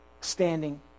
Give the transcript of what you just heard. standing